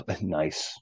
Nice